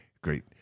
great